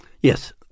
Yes